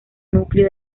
núcleo